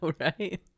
right